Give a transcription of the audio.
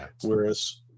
Whereas